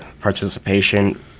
participation